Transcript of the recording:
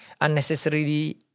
unnecessarily